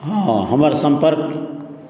हँ हँ हमर सम्पर्क